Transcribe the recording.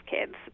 kids